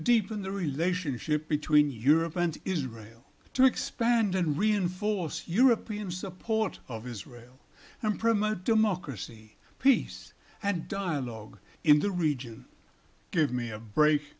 deepen the relationship between europe and israel to expand and reinforce european support of israel and promote democracy peace and dialogue in the region give me a break